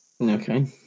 okay